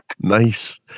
Nice